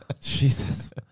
Jesus